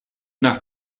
nach